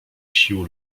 sił